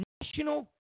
national